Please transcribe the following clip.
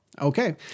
Okay